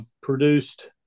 produced